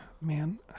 man